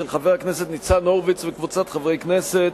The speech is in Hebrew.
של חבר הכנסת ניצן הורוביץ וקבוצת חברי הכנסת,